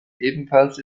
ebenfalls